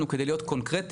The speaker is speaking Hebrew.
כדי להיות קונקרטיים,